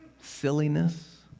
silliness